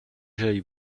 j’aille